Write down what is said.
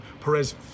Perez